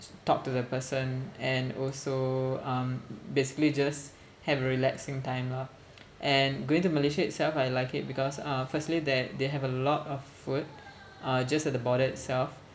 talk to the person and also um basically just have a relaxing time lah and going to Malaysia itself I like it because uh firstly that they have a lot of food uh just at the border itself